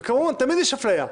וכמובן, תמיד יש אפליה,